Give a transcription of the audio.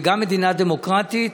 וגם מדינה דמוקרטית,